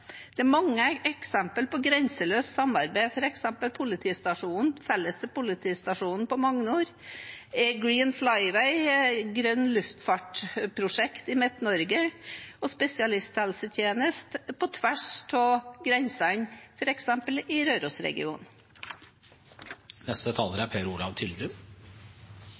Det er mange eksempler på grenseløst samarbeid, f.eks. den felles politistasjonen på Magnor, Green Flyway, grønn luftfart-prosjekt i Midt-Norge og spesialisthelsetjeneste på tvers av grensene, f.eks. i